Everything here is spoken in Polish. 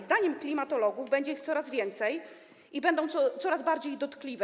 Zdaniem klimatologów będzie ich coraz więcej i będą coraz bardziej dotkliwe.